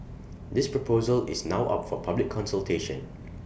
this proposal is now up for public consultation